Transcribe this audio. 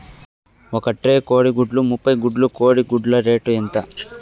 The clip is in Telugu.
ఒక ట్రే కోడిగుడ్లు ముప్పై గుడ్లు కోడి గుడ్ల రేటు ఎంత?